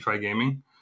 gaming